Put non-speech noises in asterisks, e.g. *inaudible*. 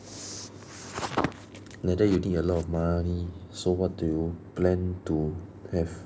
*breath* like that you think you have a lot of money so what do you plan to have